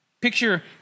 Picture